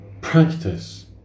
practice